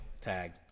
tag